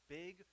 big